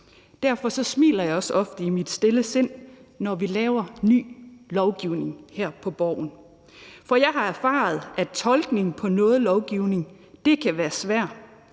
Derfor smiler jeg også ofte i mit stille sind, når vi laver ny lovgivning her på Borgen, for jeg har erfaret, at tolkning af noget lovgivning kan være svært,